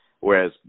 whereas